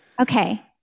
Okay